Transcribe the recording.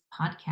podcast